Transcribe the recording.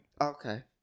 Okay